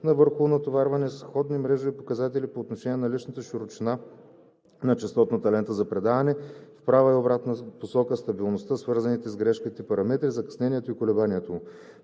на върхово натоварване сходни мрежови показатели по отношение на наличната широчина на честотната лента за предаването в права и обратна посока, стабилността, свързаните с грешките параметри, закъснението и колебанието